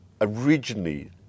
originally